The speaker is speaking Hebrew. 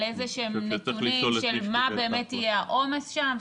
על איזה שהם נתונים, של מה באמת יהיה העומס שם?